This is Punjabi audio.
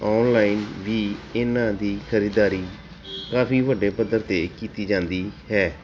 ਔਨਲਾਈਨ ਵੀ ਇਹਨਾਂ ਦੀ ਖਰੀਦਦਾਰੀ ਕਾਫੀ ਵੱਡੇ ਪੱਧਰ 'ਤੇ ਕੀਤੀ ਜਾਂਦੀ ਹੈ